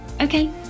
Okay